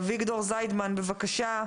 אביגדור זידמן, בבקשה.